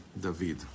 David